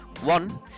One